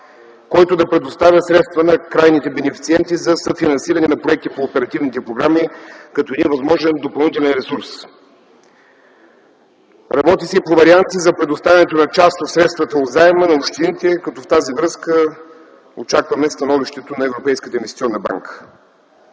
който да предоставя средства на крайните бенефициенти за съфинансиране на проекти по оперативните програми като възможен допълнителен ресурс. Работи се и по варианти за предоставяне на част от средствата от заема на общините. В тази връзка очакваме становището на Европейската инвестиционна банка.